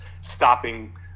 stopping